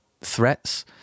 threats